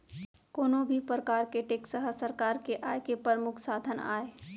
कोनो भी परकार के टेक्स ह सरकार के आय के परमुख साधन आय